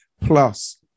plus